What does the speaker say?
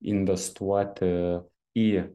investuoti į